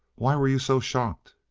why were you so shocked?